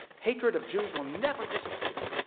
hatred of jews will never disappear